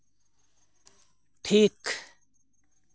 ᱴᱷᱤᱠ